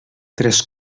tres